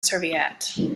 serviette